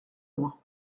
loin